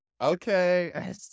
okay